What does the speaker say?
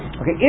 Okay